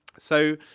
so,